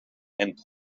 and